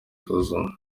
isuzuma